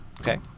Okay